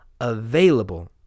available